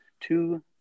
two